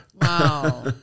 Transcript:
wow